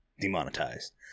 demonetized